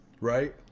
right